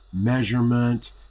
measurement